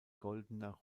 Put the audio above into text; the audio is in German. goldener